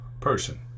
person